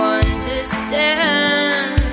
understand